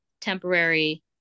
temporary